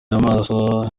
amaso